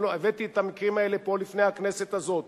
הבאתי את המקרים האלה פה, לפני הכנסת הזאת.